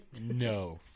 No